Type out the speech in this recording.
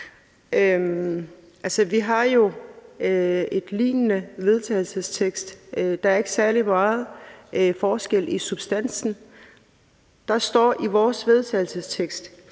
Vi har jo et lignende forslag til vedtagelse. Der er ikke særlig meget forskel i substansen. Der står i vores forslag til